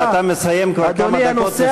לא, אתה מסיים כבר כמה דקות.